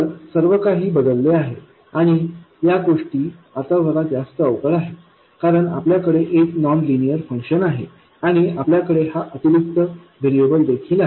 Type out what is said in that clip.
तर सर्वकाही बदलले आहे आणि या गोष्टी आता जरा जास्त अवघड आहेत कारण आपल्याकडे एक नॉन लिनियर फंक्शन आहे आणि आपल्याकडे हा अतिरिक्त वेरीअबल देखील आहेत